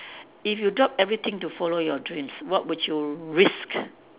if you drop everything to follow your dreams what would you risk